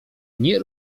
nie